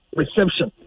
reception